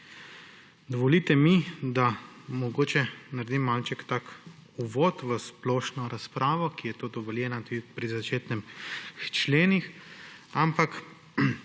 Dovolite mi, da mogoče naredim malček takega uvoda v splošno razpravo, ki je tu dovoljena tudi pri začetnih členih, ampak